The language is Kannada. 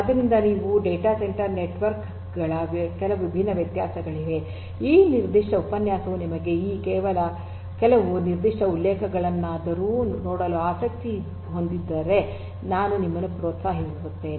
ಆದ್ದರಿಂದ ಇವು ಡೇಟಾ ಸೆಂಟರ್ ನೆಟ್ವರ್ಕ್ ಗಳ ಕೆಲವು ವಿಭಿನ್ನ ವ್ಯತ್ಯಾಸಗಳಾಗಿವೆ ಈ ನಿರ್ದಿಷ್ಟ ಉಪನ್ಯಾಸವು ನಿಮಗೆ ಈ ಕೆಲವು ನಿರ್ದಿಷ್ಟ ಉಲ್ಲೇಖಗಳನ್ನಾದರೂ ನೋಡಲು ಆಸಕ್ತಿ ಹೊಂದಿದ್ದರೆ ನಾನು ನಿಮ್ಮನ್ನು ಪ್ರೋತ್ಸಾಹಿಸುತ್ತೇನೆ